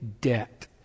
debt